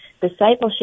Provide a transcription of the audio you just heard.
discipleship